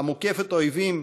המוקפת אויבים